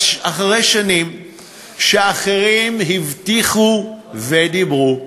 אז אחרי שנים שאחרים הבטיחו ודיברו,